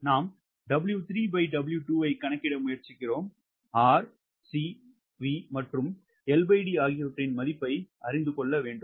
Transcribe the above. நாம் 𝑊3W2 ஐ கணக்கிட முயற்சிக்கிறோம் R C V மற்றும் LD ஆகியவற்றின் மதிப்பை அறிந்து கொள்ள வேண்டும்